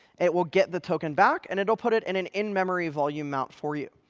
it will get the token back, and it'll put it in an in-memory volume mount for you.